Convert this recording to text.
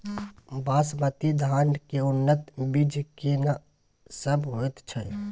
बासमती धान के उन्नत बीज केना सब होयत छै?